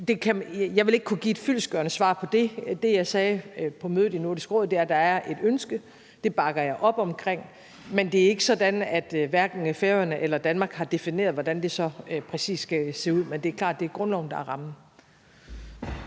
jeg vil ikke kunne give et fyldestgørende svar på det. Det, jeg sagde på mødet i Nordisk Råd, er, at der er et ønske, det bakker jeg op omkring, men det er ikke sådan, at hverken Færøerne eller Danmark har defineret, hvordan det så præcis skal se ud. Men det er klart, at det er grundloven, der er rammen.